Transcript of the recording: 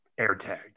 AirTag